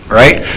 right